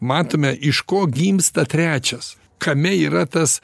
matome iš ko gimsta trečias kame yra tas